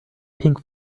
pink